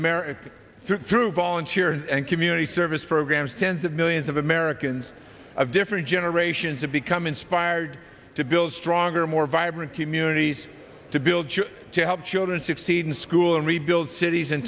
americans through volunteer and community service programs tens of millions of americans of different generations have become inspired to build stronger more vibrant communities to build to help children succeed in school and rebuild cities in